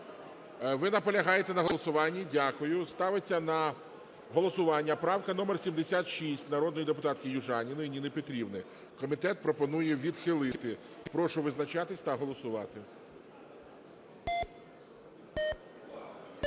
Ви наполягаєте на голосуванні? Дякую. Ставиться на голосування правка номер 76 народної депутатки Южаніної Ніни Петрівни. Комітет пропонує відхилити. Прошу визначатись та голосувати.